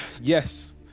Yes